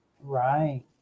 right